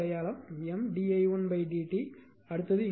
எனவே இது உண்மையில் அடையாளம் M d i1 dt